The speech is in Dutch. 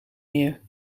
meer